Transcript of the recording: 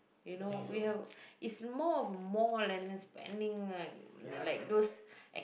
you know we have it's more of more than and then spending like like those